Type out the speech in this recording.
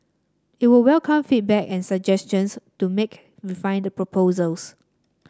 it would welcome feedback and suggestions to make refine the proposals